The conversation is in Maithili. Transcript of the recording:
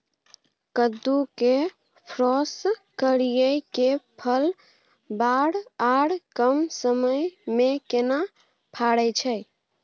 कद्दू के क्रॉस करिये के फल बर आर कम समय में केना फरय छै?